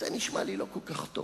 הוא הרג אותו,